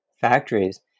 factories